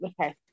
Okay